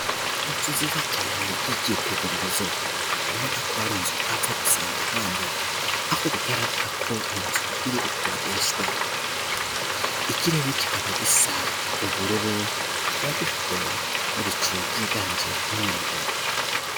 Inzu nziza cyane y'icyitegererezo ubona ko ari inzu utapfa gusanga ahandi aho bigaragara ko inzu iri gukodeshwa ikirere kikaba gisa ubururu kikaba gifite ibicu byiganje umweru.